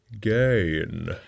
gain